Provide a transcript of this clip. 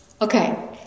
okay